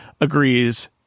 agrees